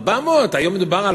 400, היום מדובר על